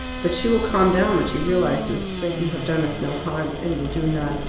but she will calm down when she realizes that you have done us no harm, and will do none.